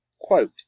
quote